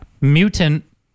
mutant